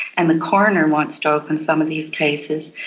and the coroner wants to open some of these cases,